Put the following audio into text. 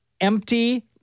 empty